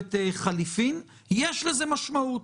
בממשלת חילופים יש לזה משמעות.